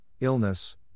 illness